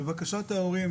לבקשת ההורים,